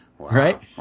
Right